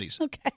Okay